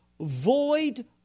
void